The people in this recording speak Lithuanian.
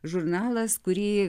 žurnalas kurį